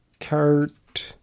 Cart